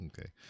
Okay